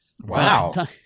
Wow